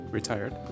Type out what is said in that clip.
Retired